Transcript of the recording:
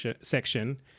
section